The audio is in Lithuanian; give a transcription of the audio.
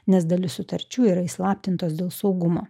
nes dalis sutarčių yra įslaptintos dėl saugumo